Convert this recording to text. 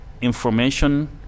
information